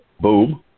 Boom